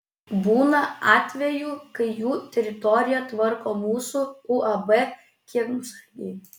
būna atvejų kai jų teritoriją tvarko mūsų uab kiemsargiai